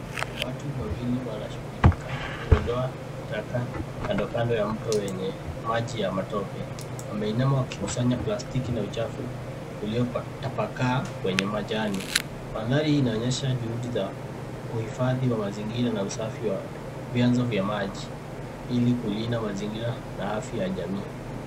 Watu wawili wanashugulika kuondoa taka kando kando ya mto wenye maji ya matope. Wameinama wakisanya plastiki na uchafu uliotapakaa kwenye majani. Mandhari inaonyesha juhudi za uhifadhi wa mazingira na usafi wa vyanzo za maji ili kulinda mazingira na afya ya jamii.